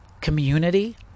community